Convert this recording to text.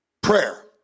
prayer